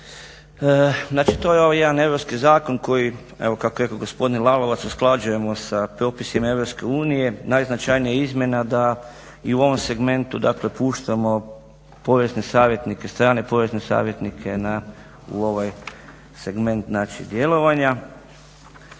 Znači to je jedan europski zakon koji evo kako je rekao gospodin Lalovac usklađujemo sa propisima Europske unije. Najznačajnija je izmjena da i u ovom segmentu dakle puštamo porezne savjetnike, strane porezne savjetnike u ovaj segment djelovanja.